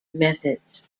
methods